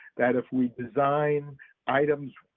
that if we design items,